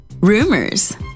rumors